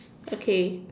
okay